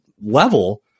level